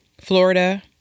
Florida